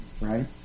right